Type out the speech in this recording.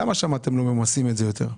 למה שם אתם לא ממסים יותר?